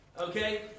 okay